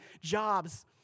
jobs